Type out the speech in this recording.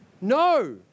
No